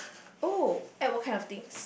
oh what kind of things